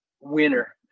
winner